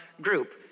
group